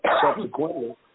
subsequently